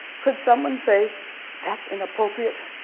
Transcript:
could someone say that's inappropriate?